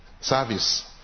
service